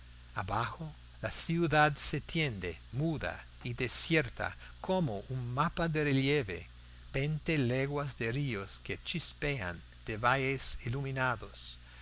abajo la ciudad se tiende muda y desierta como un mapa de relieve veinte leguas de ríos que chispean de valles iluminados